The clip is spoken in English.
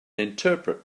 interpret